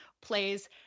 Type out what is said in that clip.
plays